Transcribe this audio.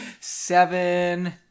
seven